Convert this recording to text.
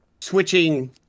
switching